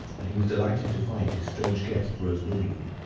and he was delighted to find his strange guest rose willingly.